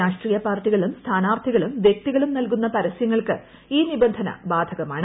രാഷ്ട്രീയ പാർട്ടികളും സ്ഥാനാർഥികളും വൃക്തികളും നൽകുന്ന പരസ്യങ്ങൾക്ക് ഈ നിബന്ധന ബാധകമാണ്